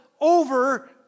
over